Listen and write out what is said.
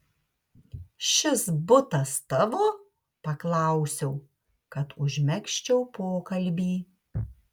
šis butas tavo paklausiau kad užmegzčiau pokalbį